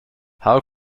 how